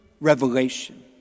revelation